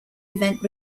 event